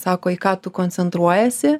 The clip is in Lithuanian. sako į ką tu koncentruojiesi